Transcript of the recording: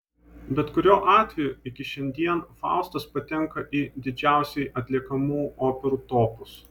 bet kuriuo atveju iki šiandien faustas patenka į dažniausiai atliekamų operų topus